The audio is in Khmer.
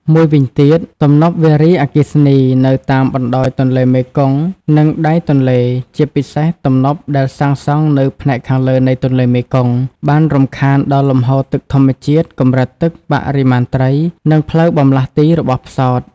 មួយវិញទៀត ទំនប់វារីអគ្គិសនីនៅតាមបណ្តោយទន្លេមេគង្គ និងដៃទន្លេ ជាពិសេសទំនប់ដែលសាងសង់នៅផ្នែកខាងលើនៃទន្លេមេគង្គ បានរំខានដល់លំហូរទឹកធម្មជាតិ កម្រិតទឹក បរិមាណត្រី និងផ្លូវបម្លាស់ទីរបស់ផ្សោត។